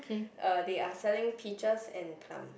uh they are selling peaches and plum